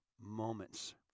moments